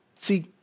See